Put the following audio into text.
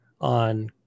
on